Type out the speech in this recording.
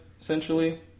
essentially